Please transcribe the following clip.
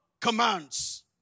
commands